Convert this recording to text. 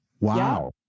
Wow